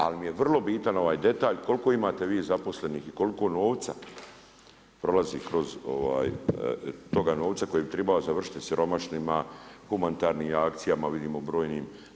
Ali mi je vrlo bitan ovaj detalj koliko imate vi zaposlenih i koliko novca prolazi kroz, toga novca koji bi tribao završiti siromašnima, humanitarnim akcijama, vidimo brojnim.